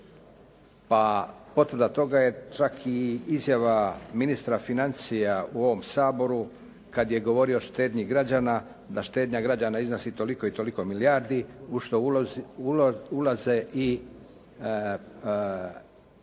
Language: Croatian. Pa potvrda toga je čak i izjava ministra financija u ovom Saboru kad je govorio o štednji građana, da štednja građana iznosi toliko i toliko milijardi u što ulaze i